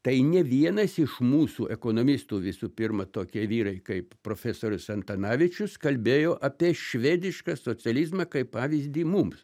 tai ne vienas iš mūsų ekonomistų visų pirma tokie vyrai kaip profesorius antanavičius kalbėjo apie švedišką socializmą kaip pavyzdį mums